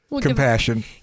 compassion